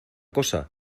cosa